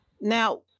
Now